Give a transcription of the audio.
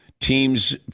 teams